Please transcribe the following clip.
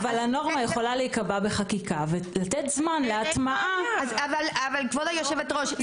הנורמה תיקבע בחקיקה ויינתן זמן להטמעה --- כבוד היושבת-ראש,